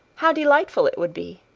how delightful it would be!